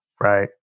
Right